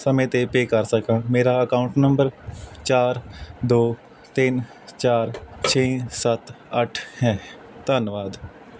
ਸਮੇਂ 'ਤੇ ਪੇ ਕਰ ਸਕਾਂ ਮੇਰਾ ਅਕਾਊਂਟ ਨੰਬਰ ਚਾਰ ਦੋ ਤਿੰਨ ਚਾਰ ਛੇ ਸੱਤ ਅੱਠ ਹੈ ਧੰਨਵਾਦ